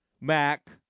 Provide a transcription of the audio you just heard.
Mac